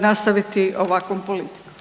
nastaviti ovakvom politikom.